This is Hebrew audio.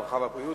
הרווחה והבריאות,